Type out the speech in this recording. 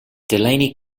delaney